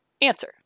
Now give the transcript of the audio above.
Answer